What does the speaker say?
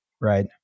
right